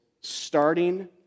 starting